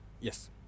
yes